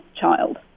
child